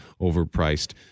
overpriced